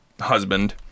husband